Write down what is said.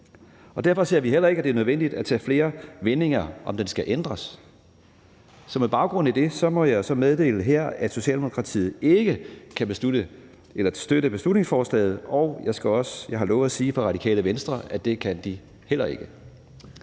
dag. Derfor ser vi heller ikke, at det er nødvendigt at vende mere, om den skal ændres. Så med baggrund i det må jeg så meddele her, at Socialdemokratiet ikke kan støtte beslutningsforslaget, og jeg har også lovet at sige fra Radikale Venstre, at det kan de heller ikke.